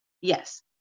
Yes